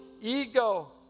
ego